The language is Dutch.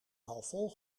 halfvol